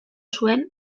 zuen